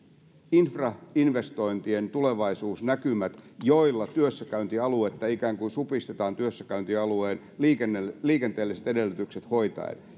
infrainvestointien tulevaisuusnäkymät joilla työssäkäyntialuetta ikään kuin supistetaan työssäkäyntialueen liikenteelliset edellytykset hoitaen